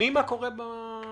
מבינים מה קורה בוועדה,